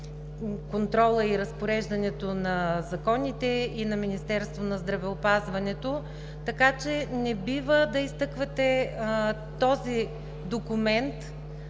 контрола и разпореждането на законите и на Министерството на здравеопазването, така че не бива да изтъквате този документ